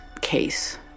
case